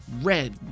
red